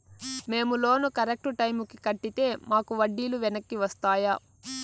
మేము loan correct టైముకి కట్టితే మాకు వడ్డీ లు వెనక్కి వస్తాయా?